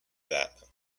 that